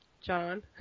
John